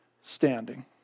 standing